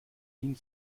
ihnen